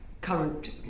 current